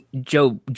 Joe